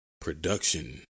production